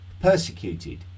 persecuted